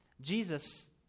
Jesus